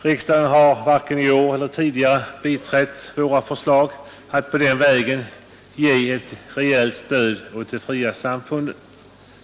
Riksdagen har varken i år eller tidigare biträtt våra förslag att den vägen ge ett rejält stöd åt de fria samfunden.